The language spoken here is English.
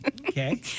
Okay